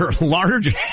large